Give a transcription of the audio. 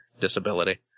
disability